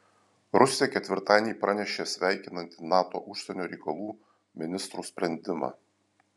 rusija ketvirtadienį pranešė sveikinanti nato užsienio reikalų ministrų sprendimą